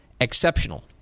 exceptional